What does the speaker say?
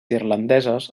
irlandeses